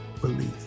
belief